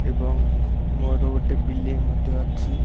ଏବଂ ମୋର ଗୋଟେ ବିଲେଇ ମଧ୍ୟ ଅଛି